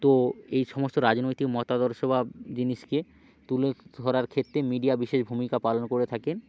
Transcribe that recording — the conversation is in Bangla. তো এই সমস্ত রাজনৈতিক মতাদর্শ বা জিনিসকে তুলে ধরার ক্ষেত্রে মিডিয়া বিশেষ ভূমিকা পালন করে থাকেন